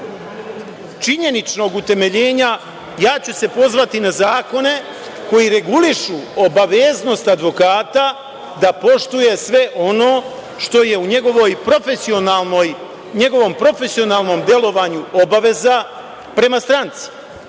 činjeničnog utemeljenja ja ću se pozvati na zakone koji regulišu obaveznost advokata da poštuje sve ono što je u njegovom profesionalnom delovanju obaveza prema stranci.